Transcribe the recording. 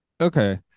Okay